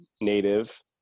native